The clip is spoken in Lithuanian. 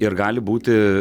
ir gali būti